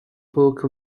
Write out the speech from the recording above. book